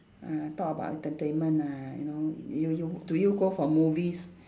uh talk about entertainment lah you know you you do you go for movies